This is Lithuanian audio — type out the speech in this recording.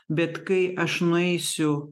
bet kai aš nueisiu